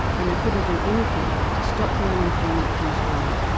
and they couldn't do anything to stop the unemployment queues growing.